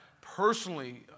personally